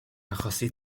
achosi